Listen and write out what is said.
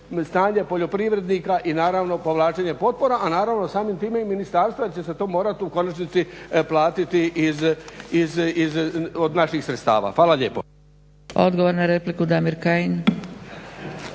stanje poljoprivrednika i naravno povlačenje potpora, a samim time i ministarstva ćese to morati u konačnici platiti od naših sredstava. Hvala lijepo.